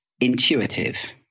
intuitive